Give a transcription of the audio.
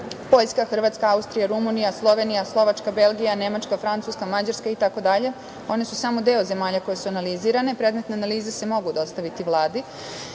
Poljska, Hrvatska, Austrija, Rumunija, Slovenija, Slovačka, Belgija, Nemačka, Francuska, Mađarska, itd. One su samo deo zemalja koje su analizirane. Predmetne analize se mogu dostaviti Vladi. Sve